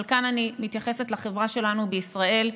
אבל כאן אני מתייחסת לחברה שלנו בישראל,